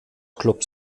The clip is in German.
club